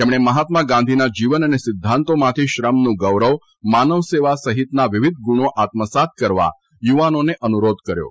તેમણે મહાત્મા ગાંધીના જીવન અને સિદ્ધાંતોમાંથી શ્રમનું ગૌરવ માનવસેવા સહિતના વિવિધ ગુણો આત્મસાત કરવા યુવાનોને અનુરોધ કર્યો હતો